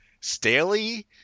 Staley